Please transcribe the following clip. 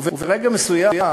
וברגע מסוים